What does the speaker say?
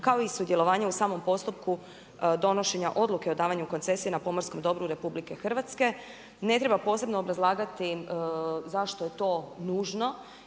kao i sudjelovanje u samom postupku donošenje odluke o davanju koncesije na pomorskom dobru RH. Ne treba posebno obrazlagati zašto je to nužno.